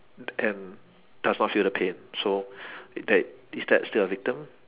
and does not feel the pain so that is that still a victim